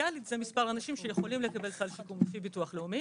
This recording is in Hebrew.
שפוטנציאלית זה מספר האנשים שיכולים לקבל סל שיקום לפי ביטוח לאומי.